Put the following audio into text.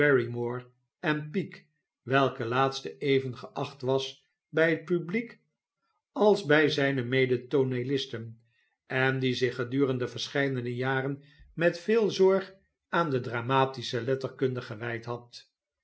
en peake welke laatste even geacht was bij het publiek als bij zijne medetooneelisten en die zich gedurende verscheidene jaren met veel zorg aan de dramatische letterkunde gewijd had